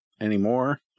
anymore